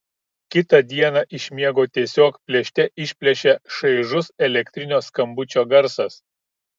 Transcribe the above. kitą dieną iš miego tiesiog plėšte išplėšia šaižus elektrinio skambučio garsas